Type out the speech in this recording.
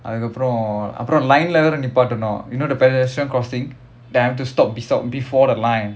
அதுக்கு அப்புறம் அப்புறம்:athukku appuram appuram line leh வேற நிப்பாட்டனும்:vera nippaatanum you know the pedestrian crossing then I have to stop bestop before the line